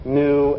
new